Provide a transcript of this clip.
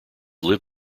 lived